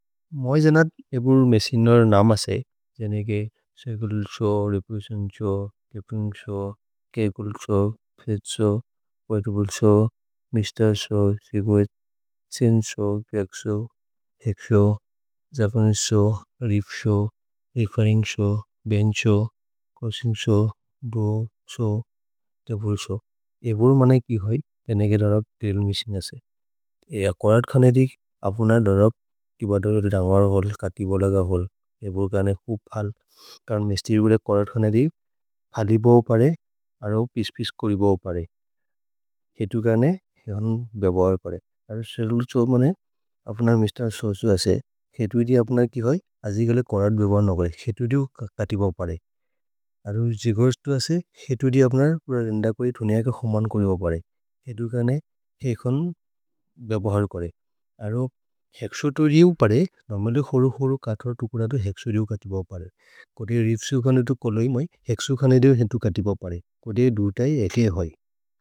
मैजेन एबोल् मेसिन्वर् नाम् असे जनेगे सैगुल् सो, रेपुल्सिओन् सो, चपिन्ग् सो, केगुल् सो, फेद् सो, व्हितेबुल्ल् सो, मिस्तेर् सो, सिग्वित् सो। छिन् सो, च्रच्क् सो, एग्ग् saw, Japanese saw, rip saw, रेफेर्रिन्ग् saw, bench saw, crossing saw, bow saw, table saw. एबोल् मनै कि होय् जनेगेदरब् ग्रिल्ल् मेसिन् असे, एय करद् खने दिक् अपुनर् दरब् कि ब दरब् रन्ग्वर् होल्। कति बो लगर् होल्, एबोल् कने हु फल् करन् मिस्तेरि बोले करद् खने दिक्, फलिब हो परे अरो पिश् पिश् करिब हो परे। खेतु कने हिहन् बेभवर् परे अरो सेलुल् छो मने, अपुनर् मिस्तेर् सो सो असे खेतु दिक् अपुनर् कि होय्। अजि गले करद् बेभवर् न करे खेतु दिक् हो कति ब परे अरो जिगर्स्तो असे, खेतु दिक् अपुनर् प्ररेन्द कोइ। धुनिअ क खोमन् करिब परे खेतु कने हिहन् बेभवर् करे अरो हेक्सो तोरिये हु परे नोर्मल् होरो होरो कथर् तुकुरदो हेक्सो। तोरिये हु कति बव परेकोतिये रिब्सु खाने तो कोलो हि मै, हेक्सो खाने दे हो कति बव परे कोतिये दुत हि एकिये होय्।